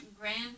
Grand